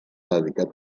dedicat